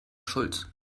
schulz